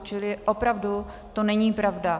Čili opravdu to není pravda.